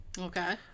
Okay